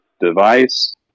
device